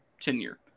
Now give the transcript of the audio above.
tenure